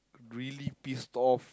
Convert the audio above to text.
really pissed off